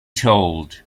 told